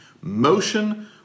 motion